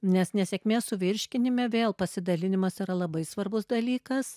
nes nesėkmės suvirškinime vėl pasidalinimas yra labai svarbus dalykas